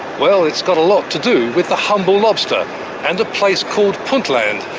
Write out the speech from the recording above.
well, it's got a lot to do with the humble lobster and a place called puntland,